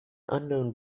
unknown